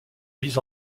mise